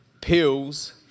pills